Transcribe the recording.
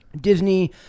Disney